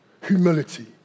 humility